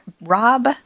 Rob